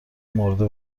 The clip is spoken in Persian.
مرده